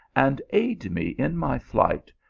and aid me in my flight,